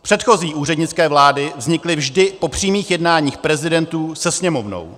Předchozí úřednické vlády vznikly vždy po přímých jednáních prezidentů se Sněmovnou.